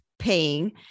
Paying